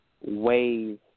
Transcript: ways